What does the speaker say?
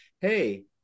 hey